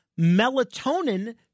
melatonin